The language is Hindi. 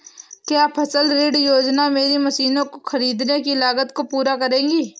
क्या फसल ऋण योजना मेरी मशीनों को ख़रीदने की लागत को पूरा करेगी?